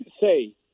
say